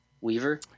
Weaver